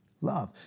love